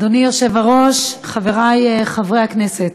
אדוני היושב-ראש, חברי חברי הכנסת,